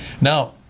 Now